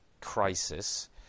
crisis